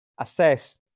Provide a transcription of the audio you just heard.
assess